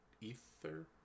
ether